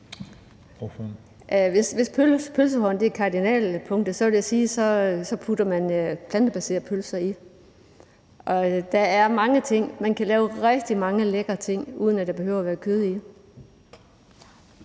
Hvis pølsehorn er kardinalpunktet, vil jeg sige, at man kan putte plantebaserede pølser i. Man kan lave rigtig mange lækre ting, uden at der behøver at være kød i.